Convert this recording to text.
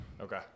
Okay